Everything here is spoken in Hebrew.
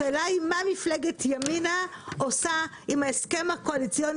השאלה היא מה מפלגת ימינה עושה עם ההסכם הקואליציוני